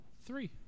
three